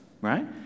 right